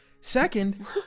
Second